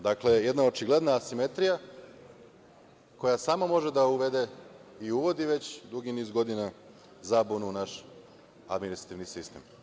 Dakle, jedna očigledna asimetrija koja može samo da uvede i uvodi već dugi niz godina zabunu u naš administrativni sistem.